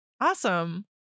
Awesome